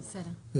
בסדר.